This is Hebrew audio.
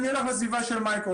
אני הולך לסביבה של מייקרוסופט.